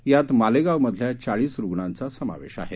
यात मालेगाव मधल्या चाळीस रूग्णांचा समावेश आहे